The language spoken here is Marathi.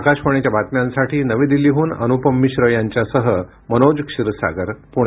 आकाशवाणीच्या बातम्यांसाठी नवी दिल्लीहून अनुपम मिश्र यांच्यासह मनोज क्षीरसागर पुणे